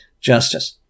justice